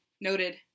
noted